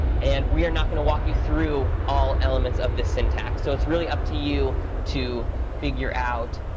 and we are not going to walk you through all elements of the syntax. so it's really up to you to figure out,